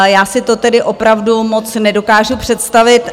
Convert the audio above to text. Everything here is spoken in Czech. Já si to tedy opravdu moc nedokážu představit.